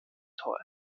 tor